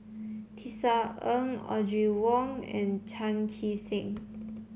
Tisa Ng Audrey Wong and Chan Chee Seng